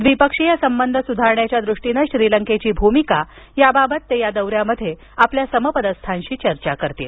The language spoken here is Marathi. द्विपक्षीय संबंध सुधारण्याच्या दृष्टीनं श्रीलंकेची भूमिका याबाबत ते या दौऱ्यात आपल्या समपदस्थांशी चर्चा करतील